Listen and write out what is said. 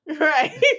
right